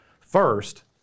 first